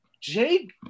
Jake